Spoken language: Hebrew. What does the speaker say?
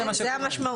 זה המשמעות.